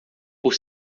por